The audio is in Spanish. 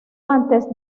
antes